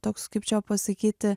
toks kaip čia pasakyti